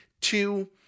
Two